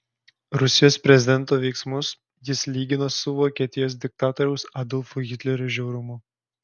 rusijos prezidento veiksmus jis lygino su vokietijos diktatoriaus adolfo hitlerio žiaurumu